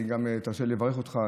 גם תרשה לברך אותך,